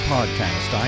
Podcast